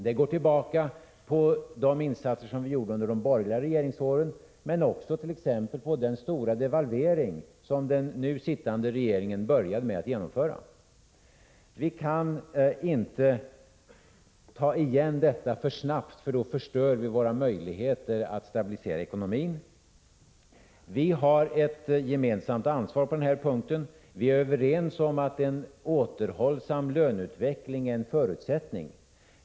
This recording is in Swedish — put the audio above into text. Det går tillbaka på de insatser som vi gjorde under de borgerliga regeringsåren men också t.ex. på den stora devalvering som den nu sittande regeringen började med att genomföra. Vi kan inte ta igen detta för snabbt, för då förstör vi våra möjligheter att stabilisera ekonomin. Vi har ett gemensamt ansvar på denna punkt. Vi är överens om att en återhållsam löneutveckling är en förutsättning.